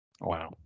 wow